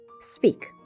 Speak